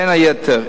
בין היתר,